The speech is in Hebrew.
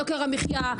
יוקר המחיה,